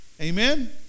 Amen